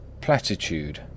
Platitude